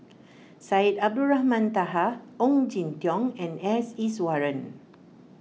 Syed Abdulrahman Taha Ong Jin Teong and S Iswaran